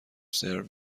سرو